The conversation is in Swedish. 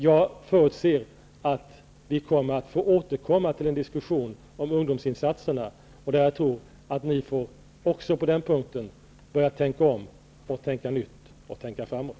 Jag förutser att vi kommer att få anledning att återkomma till en diskussion om ungdomsinsatserna, och jag tror att ni också på den punkten får lov att börja tänka om, tänka nytt och tänka framåt.